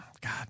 God